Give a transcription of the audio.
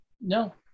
No